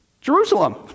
Jerusalem